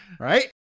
Right